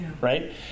Right